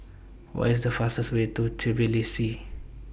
What IS The fastest Way to Tbilisi